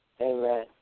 Amen